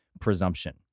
presumption